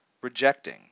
rejecting